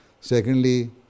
Secondly